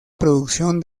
producción